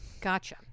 Gotcha